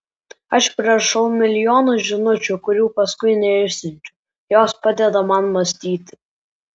aš prirašau milijonus žinučių kurių paskui neišsiunčiu jos padeda man mąstyti